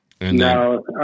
no